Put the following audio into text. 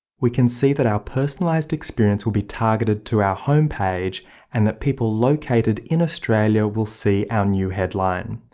we can see that our personalized experience will be targeted to our home page and that people located in australia will see our new headline.